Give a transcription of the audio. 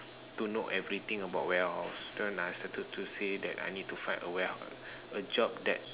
to know everything about warehouse then I started to say that I need to find a warehouse a job that